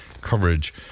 Coverage